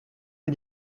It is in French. aux